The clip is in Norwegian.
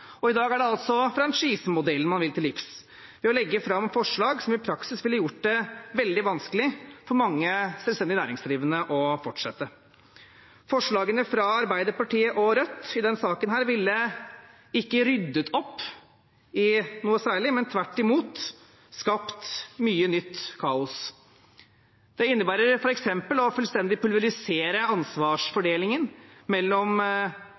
Og i dag er det altså franchisemodellen man vil til livs, ved å legge fram forslag som i praksis ville gjort det veldig vanskelig for mange selvstendig næringsdrivende å fortsette. Forslagene fra Arbeiderpartiet og Rødt i denne saken ville ikke ryddet opp i noe særlig, men tvert imot skapt mye nytt kaos. Det innebærer f.eks. å fullstendig pulverisere ansvarsfordelingen mellom